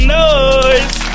noise